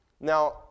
Now